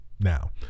now